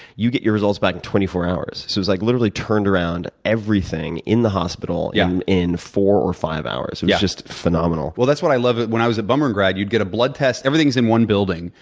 you get your results back in twenty four hours. so it's like literally turned around everything in the hospital yeah um in four or five hours, which is just phenomenal. well, that's what i loved when i was at bumrungrad. you'd get a blood test. everything was in one building.